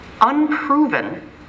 unproven